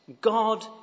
God